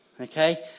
Okay